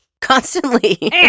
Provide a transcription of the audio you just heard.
Constantly